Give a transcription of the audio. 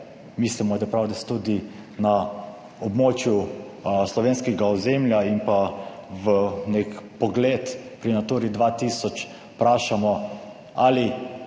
mislimo, da je prav, da se tudi na območju slovenskega ozemlja in pa v nek pogled pri Naturi 2000 vprašamo ali